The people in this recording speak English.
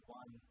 one